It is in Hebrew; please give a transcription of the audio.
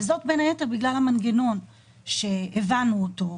וזאת בין היתר בגלל המנגנון שהבנו אותו,